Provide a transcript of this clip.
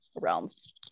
realms